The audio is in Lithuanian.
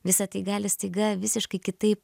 visa tai gali staiga visiškai kitaip